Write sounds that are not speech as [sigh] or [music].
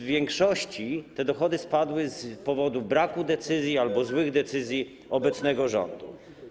W większości te dochody spadły z powodu braku decyzji [noise] albo złych decyzji obecnego rządu.